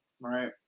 right